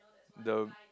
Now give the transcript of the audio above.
the